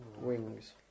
Wings